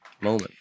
moment